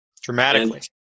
Dramatically